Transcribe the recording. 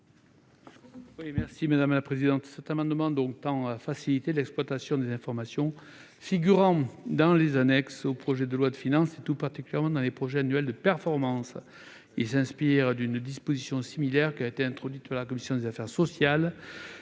est à M. le rapporteur. Cet amendement tend à faciliter l'exploitation des informations figurant dans les annexes au projet de loi de finances, tout particulièrement dans les projets annuels de performance. Nous nous inspirons d'une disposition similaire introduite par la commission des affaires sociales,